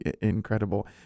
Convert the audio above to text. incredible